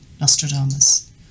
Nostradamus